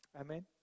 amen